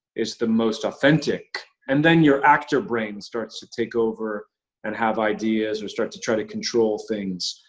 it's the most authentic. and then your actor brain starts to take over and have ideas, or start to try to control things.